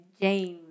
James